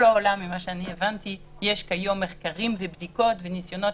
הבנתי שבכל העולם יש כיום מחקרים ובדיקות וניסיונות